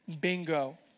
Bingo